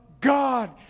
God